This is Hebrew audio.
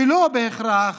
ולא בהכרח